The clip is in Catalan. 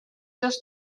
seus